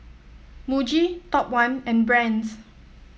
Muji Top One and Brand's